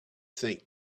think